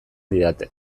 didate